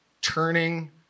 turning